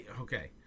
okay